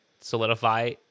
solidify